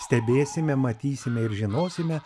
stebėsime matysime ir žinosime